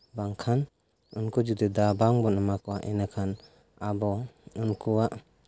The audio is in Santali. ᱵᱟᱝᱠᱷᱟᱱ ᱩᱱᱠᱩ ᱡᱩᱫᱤ ᱫᱟᱣ ᱵᱟᱝ ᱮᱢᱟ ᱠᱚᱣᱟ ᱮᱱᱠᱷᱟᱱ ᱟᱵᱚ ᱩᱱᱠᱩᱣᱟᱜ